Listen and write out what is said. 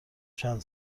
چند